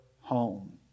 home